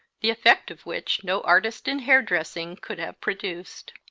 the effect of which no artist in hair-dressing could have produced.